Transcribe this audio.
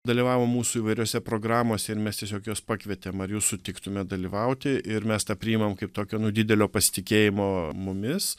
dalyvavo mūsų įvairiose programose ir mes tiesiog juos pakvietėm ar jūs sutiktumėt dalyvauti ir mes tą priimam kaip tokią nu didelio pasitikėjimo mumis